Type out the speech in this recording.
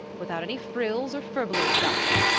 without any frills or furbelows about them,